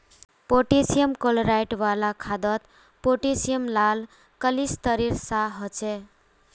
potassium chloride वाला खादोत potassium लाल क्लिस्तेरेर सा होछे